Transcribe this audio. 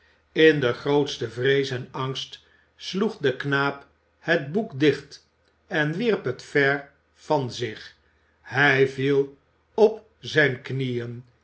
in de grootste vrees en angst sloeg de knaap het boek dicht en wierp het ver van zich hij viel op zijne knieën